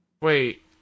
Wait